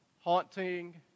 haunting